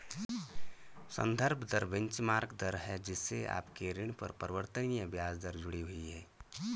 संदर्भ दर बेंचमार्क दर है जिससे आपके ऋण पर परिवर्तनीय ब्याज दर जुड़ी हुई है